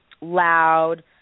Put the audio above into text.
loud